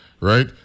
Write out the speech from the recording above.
Right